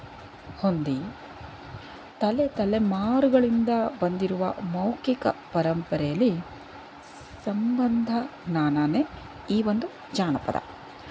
ಹೊಂದಿ ತಲೆ ತಲೆಮಾರುಗಳಿಂದ ಬಂದಿರುವ ಮೌಖಿಕ ಪರಂಪರೆಯಲ್ಲಿ ಸಂಬಂಧ ಈ ಒಂದು ಜಾನಪದ